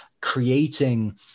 creating